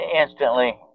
instantly